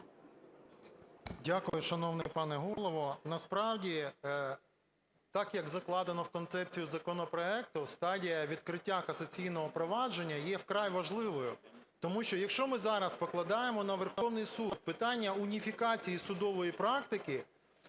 Дякую, шановний пане Голово. Насправді так, як закладено в концепцію законопроекту, стадія відкриття касаційного провадження є вкрай важливою, тому що, якщо ми зараз покладаємо на Верховний Суд питання уніфікації судової практики,